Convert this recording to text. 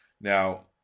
Now